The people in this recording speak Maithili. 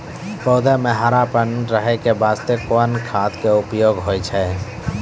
पौधा म हरापन रहै के बास्ते कोन खाद के उपयोग होय छै?